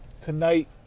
Tonight